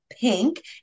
pink